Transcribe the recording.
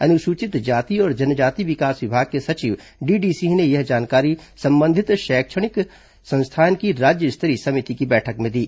अनुसूचित जाति और जनजाति विकास विभाग के सचिव डीडी सिंह ने यह जानकारी संबंधित शैक्षणिक शैक्षणिक संस्थान की राज्य स्तरीय समिति की बैठक में दी